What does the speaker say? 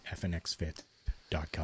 fnxfit.com